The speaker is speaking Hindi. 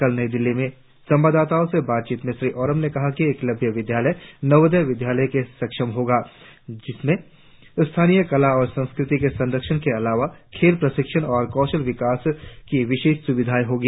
कल नई दिल्ली में संवाददाताओ से बातचीत में श्री ओराम ने कहा कि एकलव्य विद्यालय नवोदय विद्यालय के समकक्ष होंगे जिनमें स्थानीय कला और संस्कृति के संरक्षण के अलावा खेल प्रशिक्षण और कौशल विकास की विशेष सुविधाएं होगी